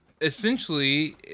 Essentially